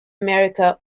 america